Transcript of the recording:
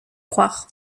croire